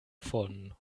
von